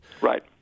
Right